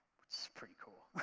which is pretty cool,